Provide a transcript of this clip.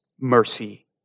mercy